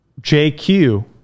JQ